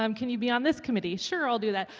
um can you be on this committee? sure, i'll do that.